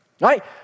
right